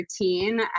routine